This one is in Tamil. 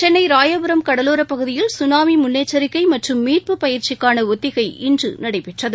சென்னை ராயபுரம் கடலோர பகுதியில் சுனாமி முன்னெச்சிரிக்கை மற்றும் மீட்பு பயிற்சிக்கான ஒத்திகை இன்று நடைபெற்றது